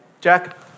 Jack